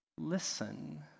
listen